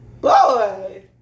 Boy